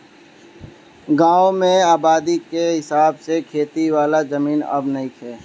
गांवन में आबादी के हिसाब से खेती वाला जमीन अब नइखे